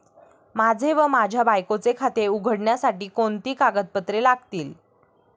माझे व माझ्या बायकोचे खाते उघडण्यासाठी कोणती कागदपत्रे लागतील?